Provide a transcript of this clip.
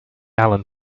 allen